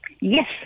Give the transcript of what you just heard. Yes